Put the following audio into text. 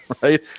right